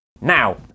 now